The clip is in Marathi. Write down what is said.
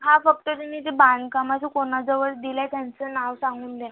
हा बघतो ते मी बांधकामाचं कोणाजवळ दिलंय त्यांचं नाव सांगून द्या